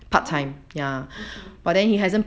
oh okay